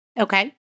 Okay